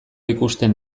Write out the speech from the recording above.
ikusten